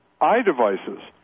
iDevices